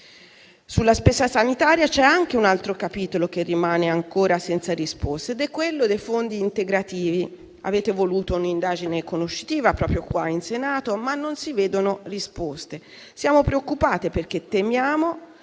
Sulla spesa sanitaria c'è anche un altro capitolo che rimane ancora senza risposta ed è quello dei fondi integrativi. Avete voluto un'indagine conoscitiva proprio in Senato, ma non si vedono risposte. Siamo preoccupati perché temiamo